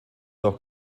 auch